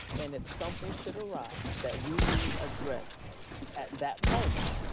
and if something should arise that we need addressed at that moment,